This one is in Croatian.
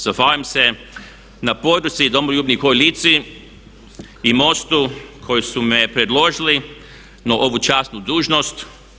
Zahvaljujem se na podršci i Domoljubnoj koaliciji i MOST-u koji su me predložili na ovu časnu dužnost.